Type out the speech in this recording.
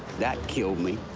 that killed me.